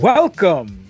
Welcome